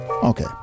Okay